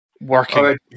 working